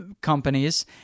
companies